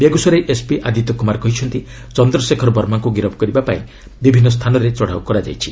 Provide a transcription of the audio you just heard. Begusarai SP Aditya Kumar କହିଛନ୍ତି ଚନ୍ଦ୍ରଶେଖର ବର୍ମାଙ୍କୁ ଗିରଫ୍ କରିବା ପାଇଁ ବିଭିନ୍ନ ସ୍ଥାନରେ ଚଢ଼ାଉ କରାଯାଇଛି